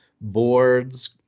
boards